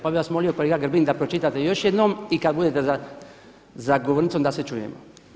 Pa bih vas molio kolega Grbin da pročitate još jednom i kada budete za govornicom da se čujemo.